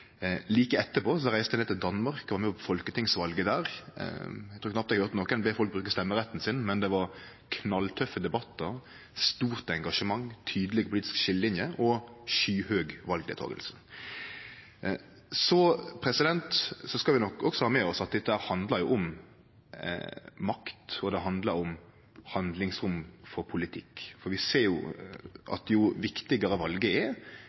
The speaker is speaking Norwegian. Like etterpå reiste eg til Danmark og var med under folketingsvalet der. Eg trur knapt eg høyrde nokon be folk bruke stemmeretten sin, men det var knalltøffe debattar, stort engasjement, tydelege politiske skiljelinjer og skyhøg valdeltaking. Så skal vi nok også ha med oss at dette handlar om makt, og det handlar om handlingsrom for politikk. Vi ser at jo viktigare valet er,